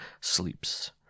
sleeps